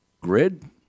grid